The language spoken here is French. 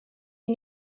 les